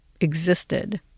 existed